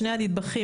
שני הנדבכים,